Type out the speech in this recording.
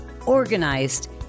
organized